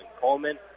Coleman